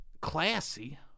classy